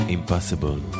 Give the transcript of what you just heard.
Impossible